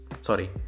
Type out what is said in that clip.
sorry